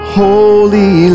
holy